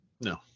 No